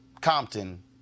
Compton